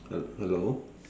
h~ hello